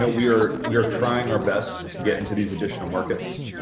ah we're we're trying our best to get into these additional markets.